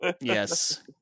Yes